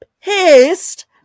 pissed